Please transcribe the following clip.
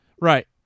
right